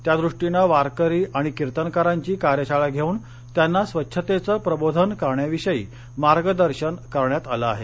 त्यादुष्टीनं वारकरी आणि किर्तनकारांची कार्यशाळा घेऊन त्यांना स्वच्छतेचं प्रबोधन करण्याविषयी मार्गदर्शन करण्यात आलं आहे